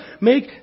make